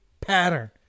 pattern